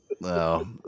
No